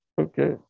Okay